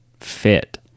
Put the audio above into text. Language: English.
fit